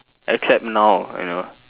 except now you know